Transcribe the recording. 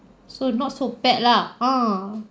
so not so bad lah a'ah